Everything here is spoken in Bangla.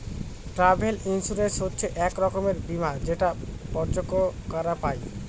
ট্রাভেল ইন্সুরেন্স হচ্ছে এক রকমের বীমা যেটা পর্যটকরা পাই